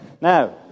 Now